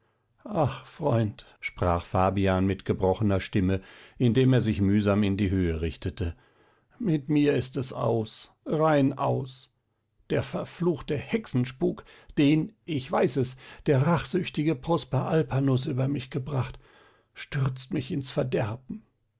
ach freund sprach fabian mit gebrochener stimme indem er sich mühsam in die höhe richtete mit mir ist es aus rein aus der verfluchte hexenspuk den ich weiß es der rachsüchtige prosper alpanus über mich gebracht stürzt mich ins verderben